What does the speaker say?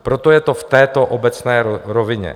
Proto je to v této obecné rovině.